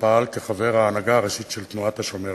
ופעל כחבר ההנהגה הראשית של תנועת "השומר הצעיר"